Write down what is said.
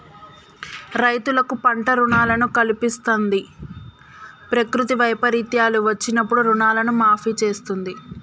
రైతులకు పంట రుణాలను కల్పిస్తంది, ప్రకృతి వైపరీత్యాలు వచ్చినప్పుడు రుణాలను మాఫీ చేస్తుంది